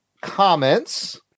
comments